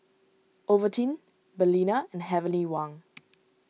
Ovaltine Balina and Heavenly Wang